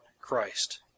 Christ